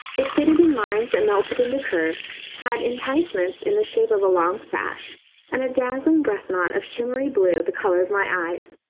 it fitted in lines that melted into curves, had enticements in the shape of a long sash and a dazzling breast-knot of shimmery blue, the colour of my eyes,